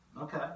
Okay